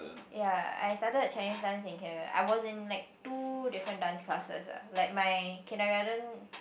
ya I started Chinese dance in kindergarten I was in like two different dance classes ah like my kindergarten